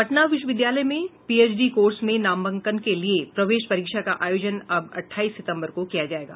पटना विश्वविधालय में PhD course में नामांकन के लिए प्रवेश परीक्षा का आयोजन अब अठाईस सितम्बर को किया जाएगा